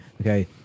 Okay